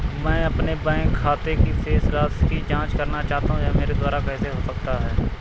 मैं अपने बैंक खाते की शेष राशि की जाँच करना चाहता हूँ यह मेरे द्वारा कैसे हो सकता है?